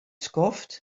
skoft